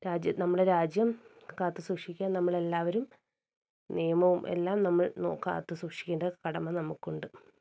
രാജ്യം നമ്മുടെ രാജ്യം കാത്തു സൂക്ഷിക്കാൻ നമ്മളെല്ലാവരും നിയമവും എല്ലാം നമ്മൾ കാത്ത് സൂക്ഷിക്കേണ്ട കടമ നമുക്കുണ്ട്